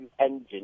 engine